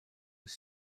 was